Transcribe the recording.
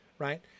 right